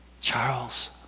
Charles